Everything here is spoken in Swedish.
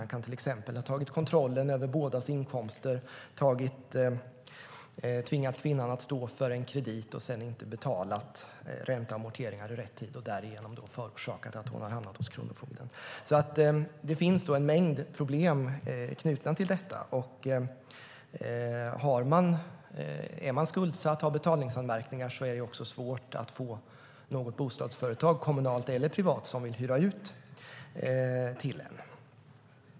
Han kan till exempel ha tagit kontrollen över bådas inkomster och tvingat kvinnan att stå för en kredit och sedan inte betalat ränta och amorteringar i rätt tid och därigenom förorsakat att hon hamnat hos kronofogden. Det finns en mängd problem knutna till detta. Är man skuldsatt och har betalningsanmärkningar är det också svårt att få något bostadsföretag, kommunalt eller privat, som vill hyra ut till en.